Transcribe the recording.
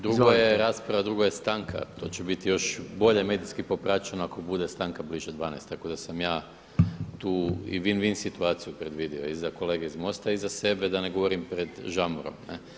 Drugo je rasprava, drugo je stanka, to će biti još bolje medijski popraćeno ako bude stanka bliže 12, tako da sam ja tu i win-win situaciju predvidio i za kolege iz MOST-a i za sebe da ne govorim pred žamorom.